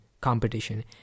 competition